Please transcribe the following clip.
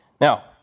Now